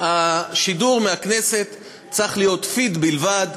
שהשידור מהכנסת צריך להיות פיד בלבד,